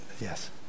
Yes